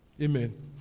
Amen